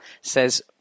says